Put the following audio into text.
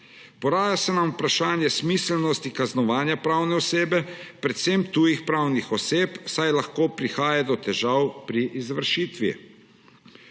Poraja se nam vprašanje o smiselnosti kaznovanja pravne osebe, predvsem tujih pravnih oseb, saj lahko prihaja do težav pri izvršitvi.